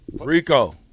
Rico